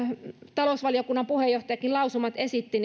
talousvaliokunnan puheenjohtajakin lausumat esitti